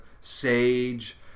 sage